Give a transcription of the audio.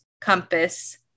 compass